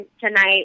tonight